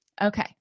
Okay